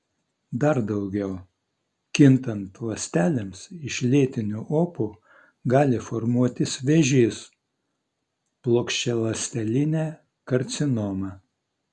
dar daugiau kintant ląstelėms iš lėtinių opų gali formuotis vėžys plokščialąstelinė karcinoma